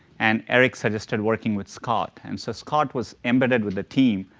and eric suggested working with scott. and so scott was embedded with the team,